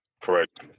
Correct